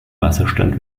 wasserstand